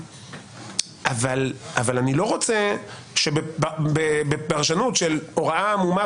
אבל אני לא רוצה שבפרשנות של הוראה עמומה